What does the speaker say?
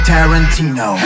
Tarantino